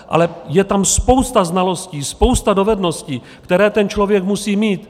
Ale je tam spousta znalostí, spousta dovedností, které ten člověk musí mít.